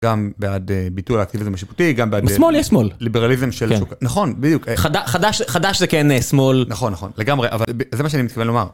גם בעד ביטוי העתיד הזה משיפותי גם בעד ליברליזם של נכון בדיוק חדש חדש זה כן שמאל נכון נכון לגמרי אבל זה מה שאני מתכוון לומר.